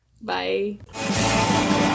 Bye